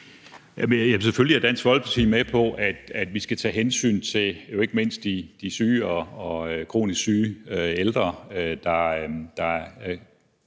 Jamen selvfølgelig er Dansk Folkeparti med på, at vi skal tage hensyn til ikke mindst de syge og de kronisk syge ældre, som er